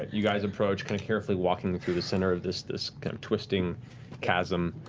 you guys approach kind of carefully, walking through the center of this this kind of twisting chasm.